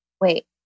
Wait